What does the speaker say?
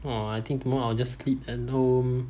!wah! I think tomorrow I'll just sleep at home